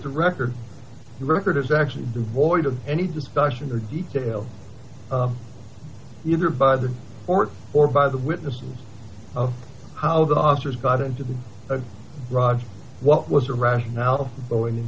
the record is actually devoid of any discussion or details either by the court or by the witnesses of how the officers got into the raj what was the rationale for throwing